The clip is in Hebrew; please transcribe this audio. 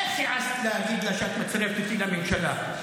איך העזת להגיד לה שאת מצרפת אותי לממשלה?